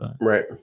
right